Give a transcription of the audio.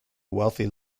wealthy